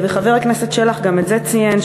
וחבר הכנסת שלח גם את זה ציין,